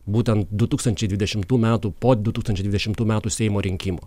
būtent du tūkstančiai dvidešimtų metų po du tūkstančiai dvidešimtų metų seimo rinkimų